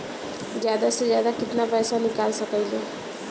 जादा से जादा कितना पैसा निकाल सकईले?